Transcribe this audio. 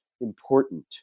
important